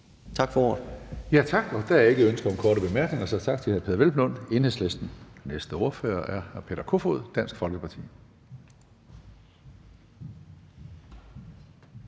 (Karsten Hønge): Tak. Der er ikke ønske om korte bemærkninger, så tak til hr. Peder Hvelplund, Enhedslisten. Næste ordfører er hr. Peter Kofod, Dansk Folkeparti.